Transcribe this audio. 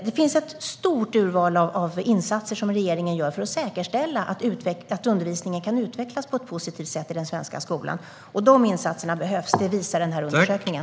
Det finns ett stort urval av insatser som regeringen gör för att säkerställa att undervisningen kan utvecklas på ett positivt sätt i den svenska skolan. De insatserna behövs; det visar den här undersökningen.